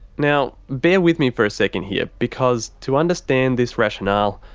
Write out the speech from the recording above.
now, bear with me for a second here because to understand this rationale,